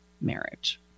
marriage